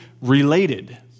related